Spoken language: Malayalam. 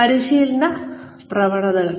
പരിശീലന പ്രവണതകൾ